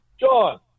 John